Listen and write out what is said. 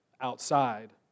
outside